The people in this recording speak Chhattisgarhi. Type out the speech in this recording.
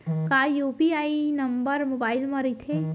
का यू.पी.आई नंबर मोबाइल म रहिथे?